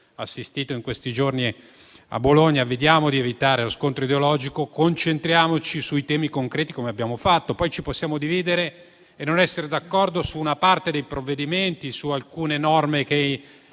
assistito in questi giorni a Bologna, cerchiamo di evitare lo scontro ideologico, concentriamoci sui temi concreti - come abbiamo fatto - e poi ci possiamo dividere e non essere d'accordo su una parte dei provvedimenti o su alcune norme che